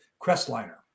Crestliner